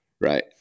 right